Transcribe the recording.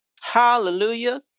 Hallelujah